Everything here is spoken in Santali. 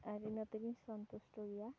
ᱟᱨ ᱤᱱᱟᱹ ᱛᱮᱜᱮᱧ ᱥᱚᱱᱛᱩᱥᱴᱚ ᱜᱮᱭᱟ